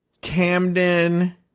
Camden –